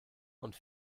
und